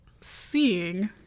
seeing